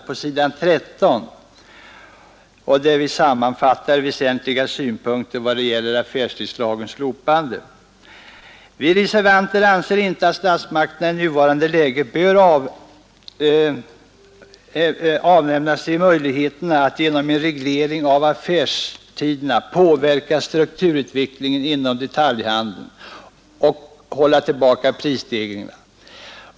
Vi reservanter sammanfattar där några väsentliga synpunkter vad gäller ett slopande av affärstidslagen. Vi skriver att vi inte anser att statsmakterna ”i nuvarande läge bör avhända sig möjligheten att genom reglering av affärstiderna påverka strukturutvecklingen inom detaljhandeln och hålla tillbaka prisstegringarna.